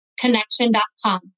connection.com